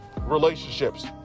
relationships